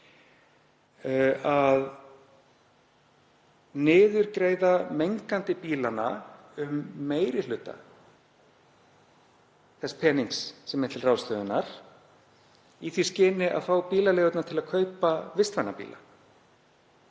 að niðurgreiða mengandi bílana um meiri hluta þess penings sem er til ráðstöfunar í því skyni að fá bílaleigurnar til að kaupa vistvæna bíla.